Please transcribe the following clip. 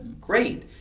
great